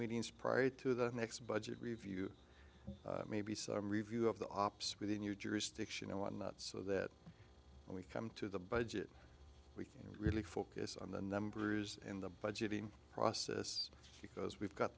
meetings prior to the next budget review maybe some review of the ops within your jurisdiction and whatnot so that when we come to the budget we can really focus on the numbers in the budgeting process because we've got